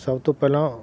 ਸਭ ਤੋਂ ਪਹਿਲਾਂ